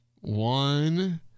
One